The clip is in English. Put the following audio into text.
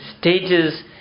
stages